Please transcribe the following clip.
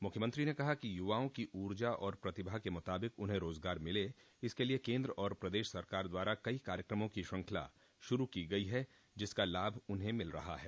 मुख्यमंत्री ने कहा कि युवाओं की ऊर्जा और प्रतिभा के मुताबिक उन्हें रोजगार मिले इसके लिये केन्द्र और प्रदेश सरकार द्वारा कई कार्यक्रमों की श्रृंखला शुरू की गई है जिसका लाभ उन्हें मिल रहा है